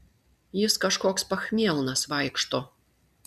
jis kažkoks pachmielnas vaikšto